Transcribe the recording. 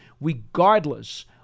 regardless